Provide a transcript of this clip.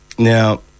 Now